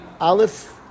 Aleph